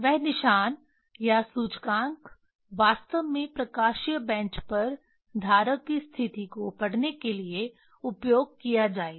वह निशान या सूचकांक वास्तव में प्रकाशीय बेंच पर धारक की स्थिति को पढ़ने के लिए उपयोग किया जाएगा